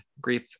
grief